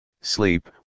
sleep